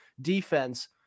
defense